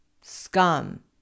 scum